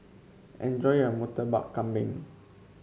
enjoy your Murtabak Kambing